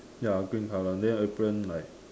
ya green color then apron like